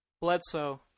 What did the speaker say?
Bledsoe